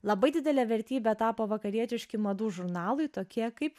labai didele vertybe tapo vakarietiški madų žurnalai tokie kaip